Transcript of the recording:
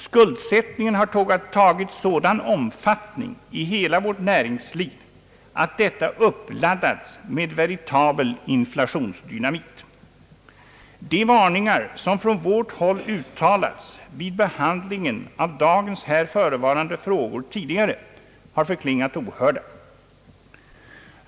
Skuldsättningen har tagit sådan omfattning i hela vårt näringsliv, att detta uppladdats med veritabel inflationsdynamit. De varningar som från vårt håll tidigare uttalats vid behandlingen av nu förevarande frågor har förklingat ohörda.